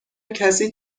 کسی